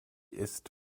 ist